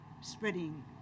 spreading